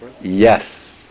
yes